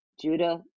Judah